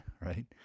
right